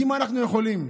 יודעים מה אנחנו יכולים.